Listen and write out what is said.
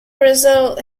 result